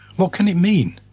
what can it mean?